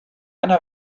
einer